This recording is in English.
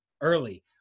early